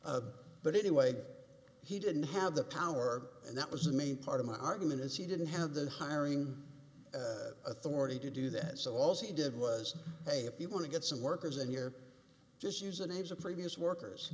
but anyway he didn't have the power and that was the main part of my argument is he didn't have the hiring authority to do that so also he did was say if you want to get some workers and you're just use the names of previous workers